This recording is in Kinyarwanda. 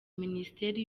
minisiteri